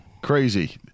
crazy